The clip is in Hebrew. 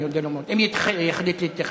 אני אודה לו מאוד אם יחליט להתייחס.